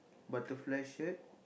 butterfly shirt